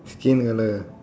skin colour